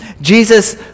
Jesus